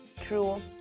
True